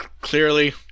Clearly